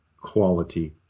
quality